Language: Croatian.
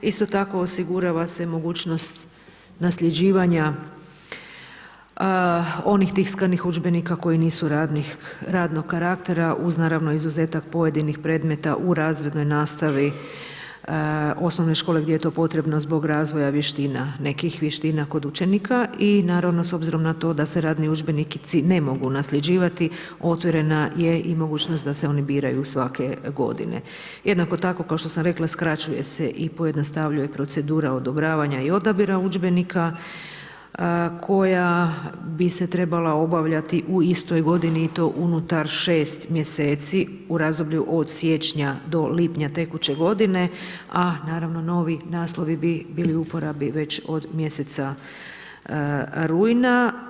Isto tako, osigurava se mogućnost nasljeđivanja onih tiskanih udžbenika koji nisu radnog karaktera uz naravno izuzetak pojedinih predmeta u razrednoj nastavi osnovnoj školi, gdje je to potrebno zbog razvoja vještina, nekih vještina kod učenika i naravno s obzirom na to da se radni udžbenici ne mogu nasljeđivati, otvorena je i mogućnost da se oni biraju svake g. Jednako tako, kao što sam rekla, skraćuje se i pojednostavljuje procedura odobravanja i odabira udžbenika, koja bi se trebala obavljati u istoj godini i to unutar 6 mj. u razdoblju od sječenja do lipanja tekuće g. a naravno novi naslovi bi bili u uporabi već od mjeseca rujna.